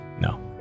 No